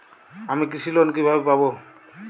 আমি কৃষি লোন কিভাবে পাবো?